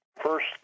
first